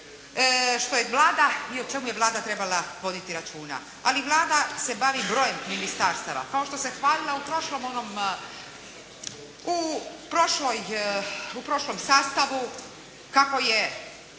što je Vlada i o čemu je Vlada trebala voditi računa. Ali Vlada se bavi brojem ministarstava. Kao što se hvalila u prošlom onom, u prošloj,